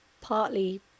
partly